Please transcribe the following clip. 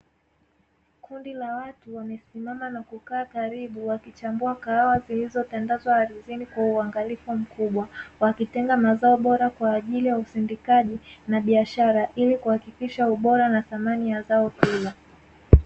Kundi la watu wamesimama na kukaa karibu wakichambua kahawa zilizo tandazwa ardhini kwa uangalifu mkubwa, wakitenga mazao bora kwa ajili ya usindikaji na biashara, ili kuhakikisha ubora na thamani ya zao hilo.